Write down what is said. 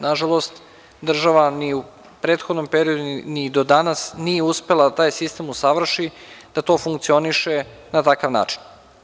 Nažalost, država ni u prethodnom periodu ni do danas nije uspela da taj sistem usavrši da to funkcioniše na takav način.